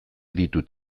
ditut